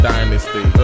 Dynasty